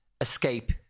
escape